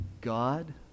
God